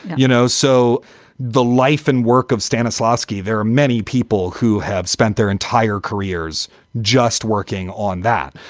you know, so the life and work of stanislavski, there are many people who have spent their entire careers just working on that.